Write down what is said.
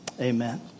amen